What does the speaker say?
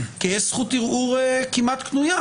כי יש זכות ערעור כמעט קנויה,